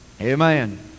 amen